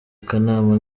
akanama